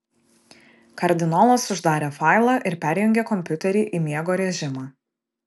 kardinolas uždarė failą ir perjungė kompiuterį į miego režimą